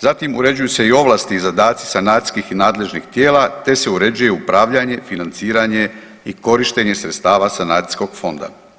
zatim uređuju se i ovlasti i zadaci sanacijskih i nadležnih tijela te se uređuje upravljanje, financiranje i korištenje sredstava sanacijskog fonda.